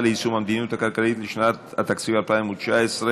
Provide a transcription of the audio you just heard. ליישום המדיניות הכלכלית לשנת התקציב 2019),